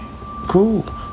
cool